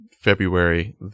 February